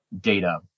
data